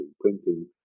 printing